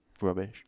rubbish